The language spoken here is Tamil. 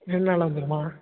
ரெண்டு நாளில் வந்துடுமா